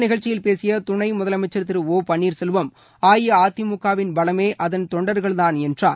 நிகழ்ச்சியில் இந்த பேசிய துணை முதலமைச்சர் திரு ஒ பன்னீர்செல்வம் அஇஅதிமுகவின் பலமே அதன் தொண்டர்கள்தான் என்றார்